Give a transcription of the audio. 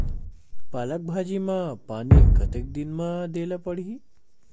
पालक भाजी म पानी कतेक दिन म देला पढ़ही?